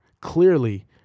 clearly